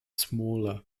smaller